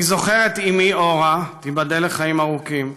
אני זוכר את אימי אורה, תיבדל לחיים ארוכים,